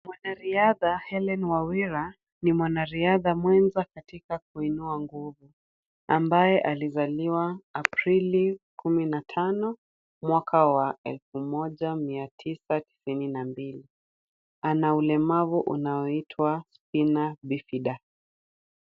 Mwanariadha Hellen Wawira, ni mwanariadha mwenza katika kuinua nguvu, ambaye alizaliwa Aprili 15, mwaka wa elfu moja mia tisa tisini na mbili. Ana ulemavu ambao huitwa Spina Bifida.